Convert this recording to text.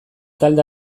talde